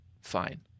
fine